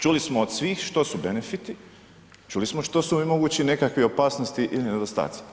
Čuli smo od svih što su benefiti, čuli smo što su ovi mogući nekakvi opasnosti ili nedostaci.